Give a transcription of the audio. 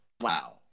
Wow